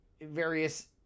various